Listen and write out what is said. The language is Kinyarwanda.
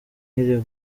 nkiri